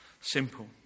Simple